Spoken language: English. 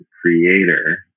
creator